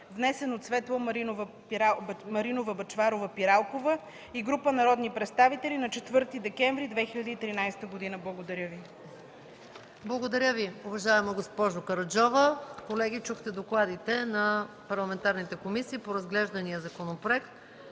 внесен от Светла Маринова Бъчварова-Пиралкова и група народни представители на 4 декември 2013 г.” Благодаря. ПРЕДСЕДАТЕЛ МАЯ МАНОЛОВА: Благодаря Ви, уважаема госпожо Караджова. Колеги, чухте докладите на парламентарните комисии по разглеждания законопроект.